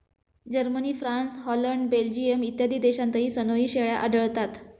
Germany, France, Holland, Belgium इत्यादी देशांतही सनोई शेळ्या आढळतात